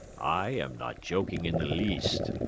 i am not joking in the least,